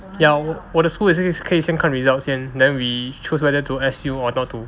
ya 我的 school 也是可以先看 results and then we choose whether to S_U or not to